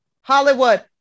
Hollywood